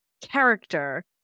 character